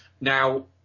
Now